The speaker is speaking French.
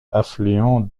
affluent